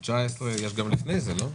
יש גם לפני זה, לא?